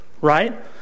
right